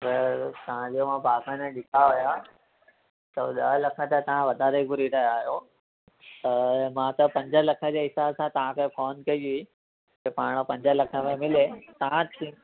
बरोबरु तव्हांजो मां बाग़ान ॾिठा हुया त ॾह लख त तव्हां वधारे घुरी रहिया आहियो अ मां त पंज लख जे हिसाब सां तव्हांखे फोन कई हुई त पाण पंज लख में मिले त हा थिए